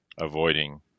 avoiding